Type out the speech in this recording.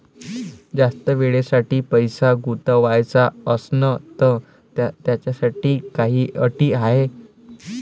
जास्त वेळेसाठी पैसा गुंतवाचा असनं त त्याच्यासाठी काही अटी हाय?